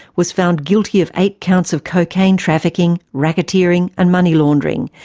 was found guilty of eight counts of cocaine trafficking, racketeering and money laundering,